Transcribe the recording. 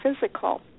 physical